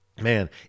man